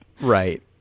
Right